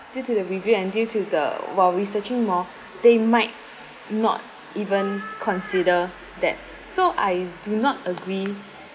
due to the review and due to the while researching more they might not even consider that so I do not agree